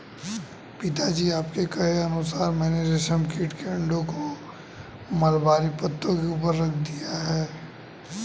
पिताजी आपके कहे अनुसार मैंने रेशम कीट के अंडों को मलबरी पत्तों के ऊपर बिछा दिया है